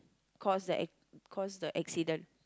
caused the ac~ caused the accident